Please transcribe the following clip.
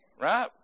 Right